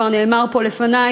כבר נאמר פה לפני,